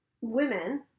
women